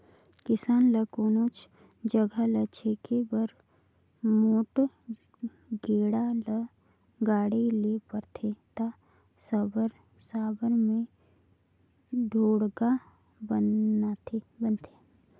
किसान ल कोनोच जगहा ल छेके बर मोट गेड़ा ल गाड़े ले परथे ता साबर मे ढोड़गा खनथे